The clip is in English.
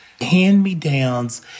hand-me-downs